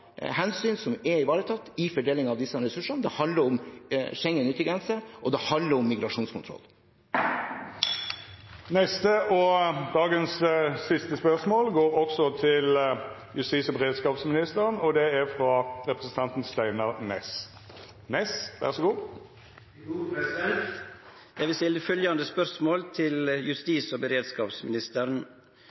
hensyn som er ivaretatt i fordelingen av disse ressursene. Det handler om Schengen yttergrense, og det handler om migrasjonskontroll. Eg vil stille følgjande spørsmål til justis- og beredskapsministeren: